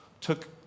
took